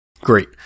Great